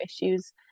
issues